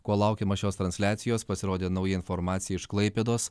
kol laukiama šios transliacijos pasirodė nauja informacija iš klaipėdos